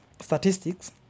statistics